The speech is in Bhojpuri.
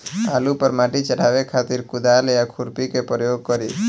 आलू पर माटी चढ़ावे खातिर कुदाल या खुरपी के प्रयोग करी?